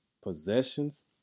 possessions